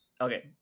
okay